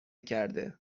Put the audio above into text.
کرده